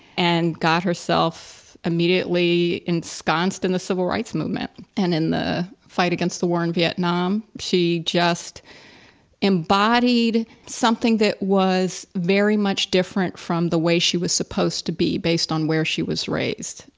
and got herself immediately ensconced in the civil rights movement. and in the fight against the war in vietnam she just embodied something that was very much different from the way she was supposed to be based on where she was raised.